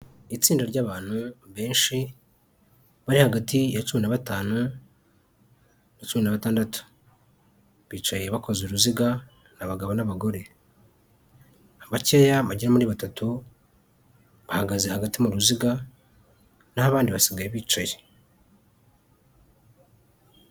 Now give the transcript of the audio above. Itsinda ry'abantu benshi bari hagati ya cumi na batanu na cumi na batandatu; bicaye bakoze uruziga ni abagabo n'abagore; bakeya bagera muri batatu bahagaze hagati mu ruziga; naho abandi basigaye bicaye.